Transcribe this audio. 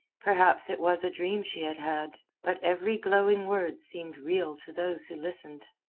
perhaps it was a dream she had had. but every glowing word seemed real to those who listened.